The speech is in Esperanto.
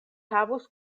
havus